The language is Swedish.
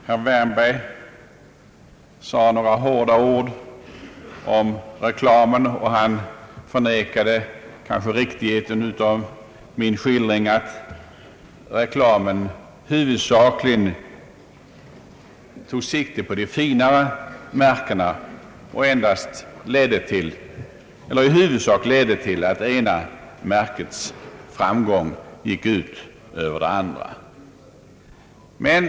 Herr Wärnberg sade några hårda ord om reklamen, och han förnekade riktigheten av min skildring att reklamen huvudsakligen tog sikte på de finare märkena och i stort sett ledde till att det ena märkets framgång gick ut över andra märken.